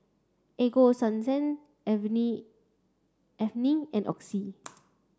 Ego Sunsense Avene Avene and Oxy